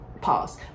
Pause